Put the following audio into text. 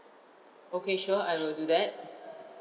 okay sure I will do that